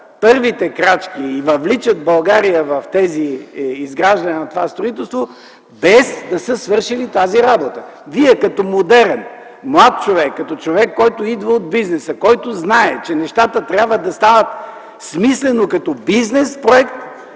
първите крачки и въвличат България в изграждане на това строителство, без да са свършили тази работа. Вие като модерен млад човек, като човек, който идва от бизнеса, който знае, че нещата трябва да станат смислено като бизнес проект